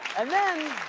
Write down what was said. and then